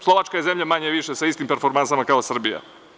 Slovačka je zemlja manje-više sa istim performansama kao Srbija.